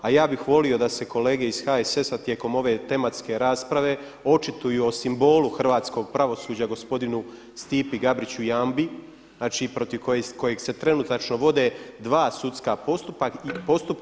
A ja bih volio da se kolege iz HSS-a tijekom ove tematske rasprave očituju o simbolu hrvatskog pravosuđa gospodinu Stipi Gabriću Jambi, znači protiv kojeg se trenutačno vode dva sudska postupka.